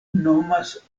nomas